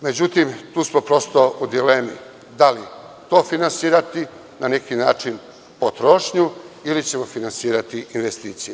Međutim, tu smo prosto u dilemi da li to finansirati – na neki način potrošnju ili ćemo finansirati investicije?